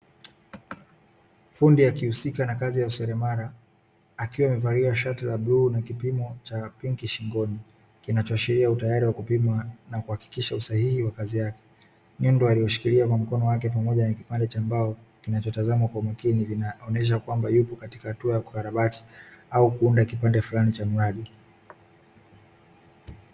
Fundi akihusika na kazi ya useremala, akiwa amevalia shati la bluu na kipimo cha pinki shingoni, kinachoashiria utayari wa kupima na kuhakikisha usahihi wa kazi yake. Nyundo aliyoshikilia kwa mkono wake, pamoja na kipande cha mbao kinachotazamwa kwa umakini, vinaonyesha kwamba yupo katika hatua ya kukarabati au kuunda kipande fulani cha mradi.